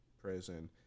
prison